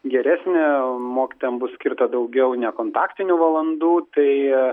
geresnė mokytojam bus skirta daugiau nekontaktinių valandų tai